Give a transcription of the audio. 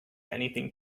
anything